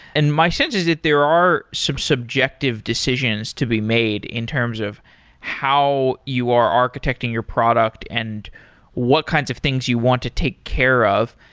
and my sense is that there are some subjective decisions to be made in terms of how you are architecting your product and what kinds of things you want to take care of.